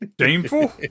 Shameful